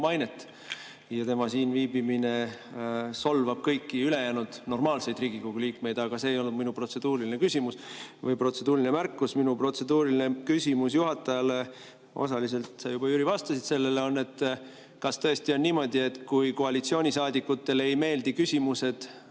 Ja tema siin viibimine solvab kõiki ülejäänud normaalseid Riigikogu liikmeid. Aga see ei olnud minu protseduuriline küsimus või protseduuriline märkus. Minu protseduuriline küsimus juhatajale – osaliselt sa, Jüri, juba vastasid sellele – on, et kas tõesti on niimoodi, et kui koalitsioonisaadikutele ei meeldi küsimused,